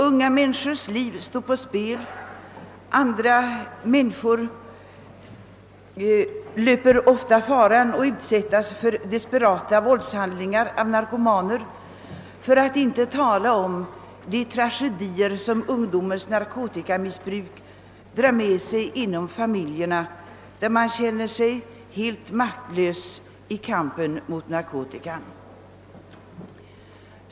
Unga människors liv står på spel, andra människor löper ofta fara att utsättas för desperata våldshandlingar av narkoma ner — för att inte tala om de tragedier som ungdomens narkotikamissbruk drar med sig inom familjerna, som känner sig helt maktlösa i kampen mot narkotika.